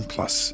Plus